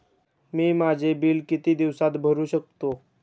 मी माझे बिल किती दिवसांत भरू शकतो?